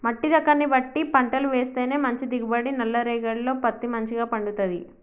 మట్టి రకాన్ని బట్టి పంటలు వేస్తేనే మంచి దిగుబడి, నల్ల రేగఢీలో పత్తి మంచిగ పండుతది